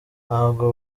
ntabwo